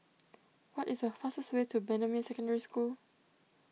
what is the fastest way to Bendemeer Secondary School